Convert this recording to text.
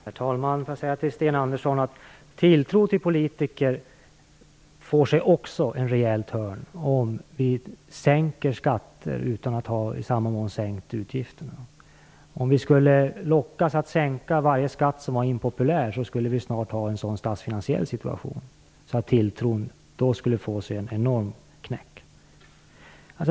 Herr talman! Jag vill säga till Sten Andersson att tilltron till politiker också får sig en rejäl törn om vi sänker skatter utan att i samma mån ha sänkt utgifterna. Om vi skulle lockas att sänka varje skatt som var impopulär skulle vi snart ha en sådan statsfinansiell situation att tilltron skulle få sig en enorm knäck.